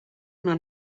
una